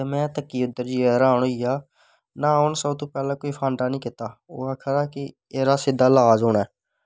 में तक्कियै उध्दर हरान होइया ना सब तो पैह्लैं फांडा नी कीता ओह् आक्खा दा कि एह्दा सिध्दा लाज़ होना ऐ